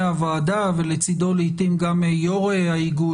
הוועדה ולצדו לעתים גם יו"ר האיגוד,